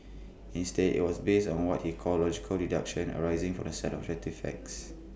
instead IT was based on what he called logical deductions arising from A set of objective facts